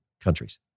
countries